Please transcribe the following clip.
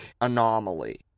Anomaly